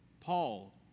Paul